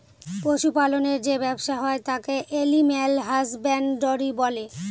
পশু পালনের যে ব্যবসা হয় তাকে এলিম্যাল হাসব্যানডরই বলে